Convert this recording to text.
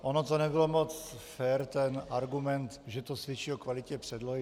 Ono to nebylo moc fér, ten argument, že to svědčí o kvalitě předlohy.